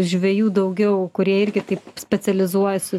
žvejų daugiau kurie irgi taip specializuojasi